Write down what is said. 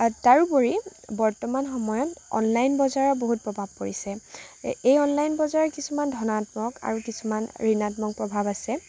তাৰোপৰি বৰ্তমান সময়ত অনলাইন বজাৰৰ বহুত প্ৰভাৱ পৰিছে এই অনলাইন বজাৰ কিছুমান ধনাত্মক আৰু কিছুমান ঋণাত্মক প্ৰভাৱ আছে